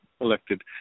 elected